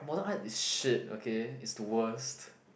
modern art is shit okay is the worst